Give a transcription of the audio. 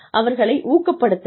அவர்களை ஊக்கப்படுத்துங்கள்